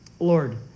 Lord